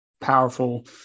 powerful